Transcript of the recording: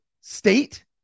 state